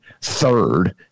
third